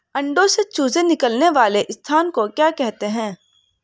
अंडों से चूजे निकलने वाले स्थान को क्या कहते हैं?